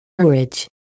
Courage